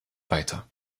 weiter